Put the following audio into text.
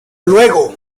luego